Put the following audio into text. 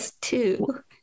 two